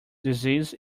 disease